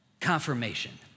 confirmation